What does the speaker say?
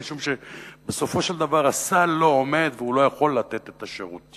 משום שבסופו של דבר הסל לא עומד והוא לא יכול לתת את השירותים.